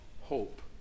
hope